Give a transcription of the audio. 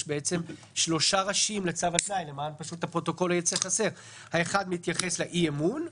יש שלושה ראשים לצו: האחד מתייחס לאי-אמון,